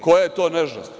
Koja je to nežnost?